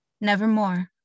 nevermore